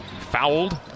fouled